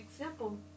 example